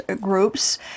groups